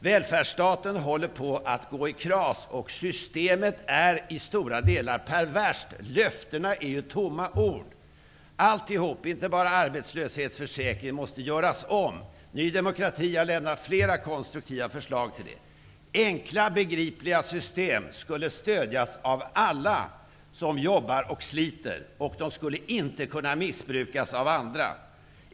Välfärdsstaten håller på att gå i kras, och systemet är i stora delar perverst. Löftena består av tomma ord. Allt, inte bara arbetslöshetsförsäkringen, måste göras om. Ny demokrati har lagt fram flera konstruktiva förslag. Enkla och begripliga system skulle stödjas av alla som jobbar och sliter. De skulle inte kunna missbrukas av andra.